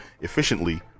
efficiently